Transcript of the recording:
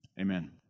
Amen